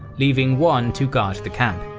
leaving one to guard the camp.